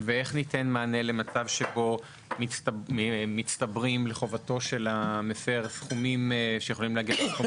ואיך ניתן מענה למצב שבו מצטברים לחובתו של המפר סכומים גבוהים,